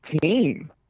team